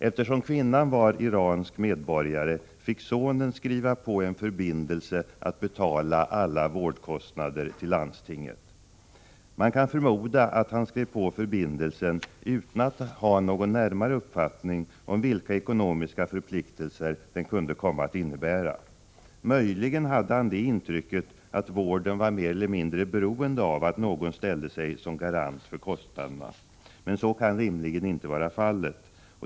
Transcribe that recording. Eftersom kvinnan var iransk medborgare fick sonen skriva på en förbindelse att betala alla vårdkostnader till landstinget. Man kan förmoda att han skrev på denna förbindelse utan att ha någon närmare uppfattning om vilka ekonomiska förpliktelser det kunde komma att innebära. Möjligen hade han det intrycket att vården mer eller mindre var beroende av att någon ställde sig som garant för kostnaderna. Så kan rimligen inte vara fallet.